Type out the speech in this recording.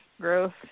growth